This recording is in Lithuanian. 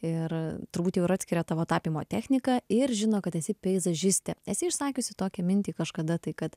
ir turbūt jau ir atskiria tavo tapymo techniką ir žino kad esi peizažistė esi išsakiusi tokią mintį kažkada tai kad